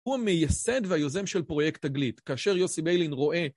הוא המייסד והיוזם של פרויקט תגלית, כאשר יוסי ביילין רואה...